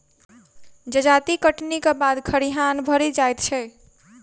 जजाति कटनीक बाद खरिहान भरि जाइत छै